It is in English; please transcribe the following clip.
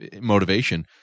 motivation